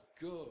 good